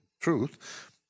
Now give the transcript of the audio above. truth